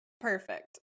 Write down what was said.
perfect